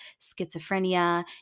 schizophrenia